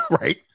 Right